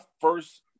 first